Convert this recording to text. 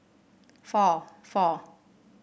four four